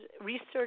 research